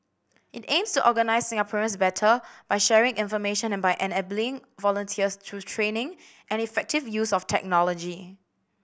it aims to organise Singaporeans better by sharing information and by enabling volunteers through training and effective use of technology